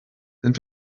sind